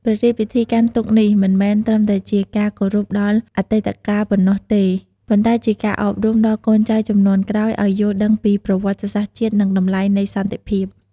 ព្រះរាជពិធីកាន់ទុក្ខនេះមិនមែនត្រឹមតែជាការគោរពដល់អតីតកាលប៉ុណ្ណោះទេ ប៉ុន្តែជាការអប់រំដល់កូនចៅជំនាន់ក្រោយឱ្យយល់ដឹងពីប្រវត្តិសាស្ត្រជាតិ និងតម្លៃនៃសន្តិភាព។